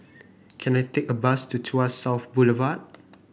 can I take a bus to Tuas South Boulevard